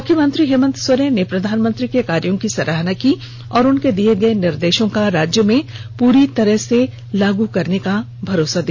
मुख्यमंत्री हेमंत सोरेन ने प्रधानमंत्री के कार्यों की सराहना की और उनके दिये गये निर्देषों का राज्य में पूर्ण रूप से लागू करने का भरोसा दिया